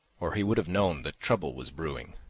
or he would have known that trouble was brewing,